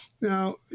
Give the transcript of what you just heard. Now